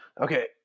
okay